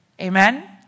Amen